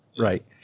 right.